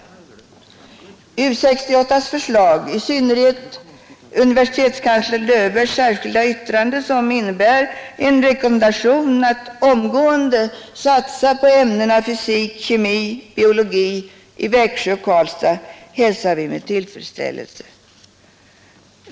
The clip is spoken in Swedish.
U 68:s förslag, i synnerhet universitetskansler Löwbeers särskilda yttrande, som innebär en rekommendation att omgående satsa på ämnena fysik, kemi, geologi i Växjö och Karlstad hälsar vi med tillfredsställelse.